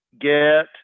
get